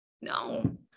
no